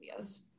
videos